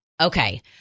Okay